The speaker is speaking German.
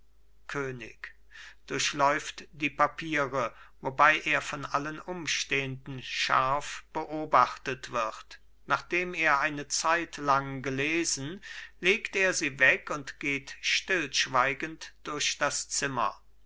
könig durchläuft die papiere wobei er von allen umstehenden scharf beobachtet wird nachdem er eine zeitlang gelesen legt er sie weg und geht stillschweigend durch das zimmer